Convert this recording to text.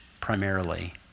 primarily